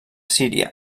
síria